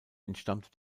entstammte